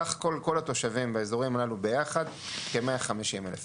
סך כל התושבים באזורים הללו ביחד כ- 150,000 איש,